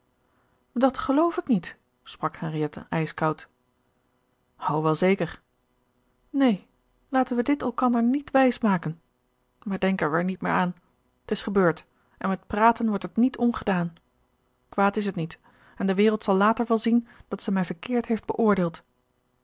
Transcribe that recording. dat geloof ik niet sprak henriette ijskoud o wel zeker neen laten we dit elkander niet wijs maken maar denken wij er niet meer aan t is gebeurd en met praten wordt het niet ongedaan kwaad is het niet en de wereld zal later wel zien dat zij mij verkeerd heeft beoordeeld